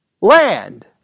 land